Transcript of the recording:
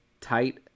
tight